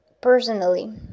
personally